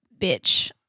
Bitch